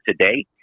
today